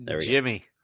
Jimmy